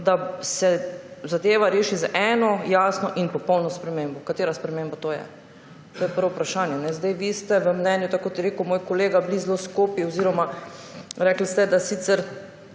da se zadeva reši z eno jasno in popolno spremembo? Katera sprememba je to? To je prvo vprašanje. Vi ste bili v mnenju, tako kot je rekel moj kolega, zelo skopi oziroma rekli ste, da